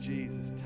Jesus